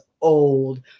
old